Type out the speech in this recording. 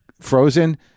frozen